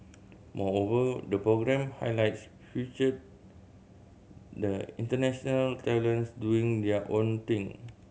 moreover the program highlights featured the international talents doing their own thing